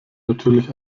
natürlich